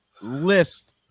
list